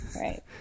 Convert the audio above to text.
Right